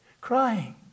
Crying